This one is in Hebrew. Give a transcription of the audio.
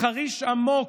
"חריש עמוק",